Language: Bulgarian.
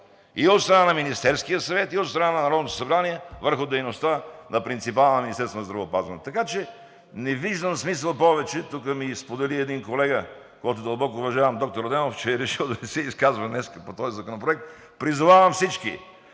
и от страна на Министерския съвет, и от страна на Народното събрание върху дейността на принципала на Министерството на здравеопазването. Така че не виждам смисъл повече. Тук ми сподели един колега, когото дълбоко уважавам – доктор Адемов, че е решил да не се изказва днес по този законопроект. Призовавам всички: